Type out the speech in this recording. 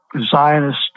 Zionist